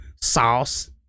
sauce